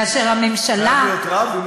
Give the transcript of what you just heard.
כאשר הממשלה, הוא חייב להיות רב?